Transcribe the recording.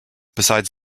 besides